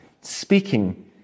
speaking